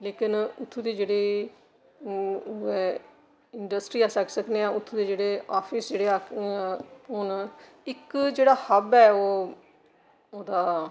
लेकिन उत्थूं दी जेह्ड़ी इंडस्ट्री अस आक्खी सकनेआं उत्थूं दे जेह्ड़े आफिस जेह्ड़ा हून इक जेह्ड़ा हब्ब ऐ ओह्दा